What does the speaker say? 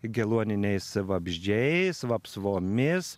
geluoniniais vabzdžiais vapsvomis